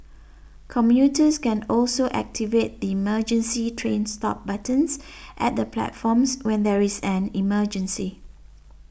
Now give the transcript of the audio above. commuters can also activate the emergency train stop buttons at the platforms when there is an emergency